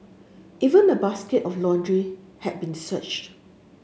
even a basket of laundry had been searched